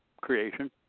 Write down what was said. creation